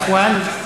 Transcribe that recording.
אחים?